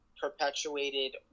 perpetuated